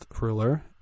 ruler